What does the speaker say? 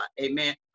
Amen